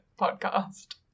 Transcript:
podcast